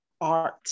art